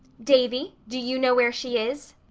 davy, do you know where she is?